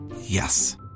Yes